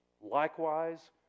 likewise